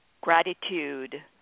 Gratitude